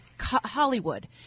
Hollywood